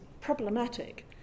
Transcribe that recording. problematic